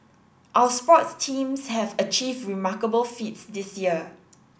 our sports teams have achieved remarkable feats this year